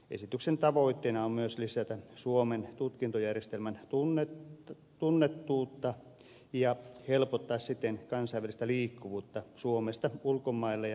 esityksen tavoitteena on myös lisätä suomen tutkintojärjestelmän tunnettuutta ja helpottaa siten kansainvälistä liikkuvuutta suomesta ulkomaille ja ulkomailta suomeen